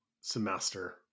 semester